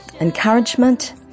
encouragement